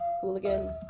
Hooligan